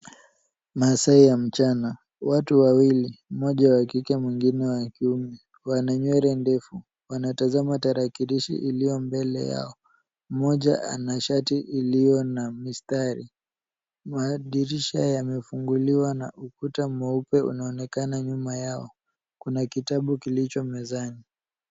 Masaa ya mchana. Watu wawili , mmoja wa kike mwingine wa kiume. Wana nywele ndefu. Wanatazama tarakilishi iliyo mbele yao. Mmoja ana shati iliyo na mistari . Madirisha yamefunguliwa na ukuta mweupe unaonekana nyuma yao. Kuna kitabu kilicho mezani.